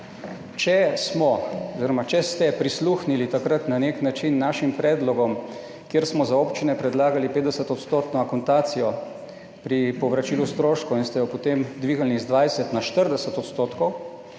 če ste prisluhnili takrat na nek način našim predlogom, kjer smo za občine predlagali 50 odstotno akontacijo pri povračilu stroškov in ste jo potem dvignili, iz 20 na 40 odstotkov,